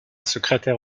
secrétaire